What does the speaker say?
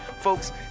Folks